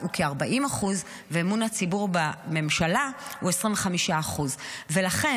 הוא כ-40% ואמון הציבור בממשלה הוא 25%. ולכן,